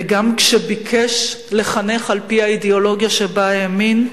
וגם כשביקש לחנך על-פי האידיאולוגיה שבה האמין,